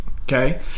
Okay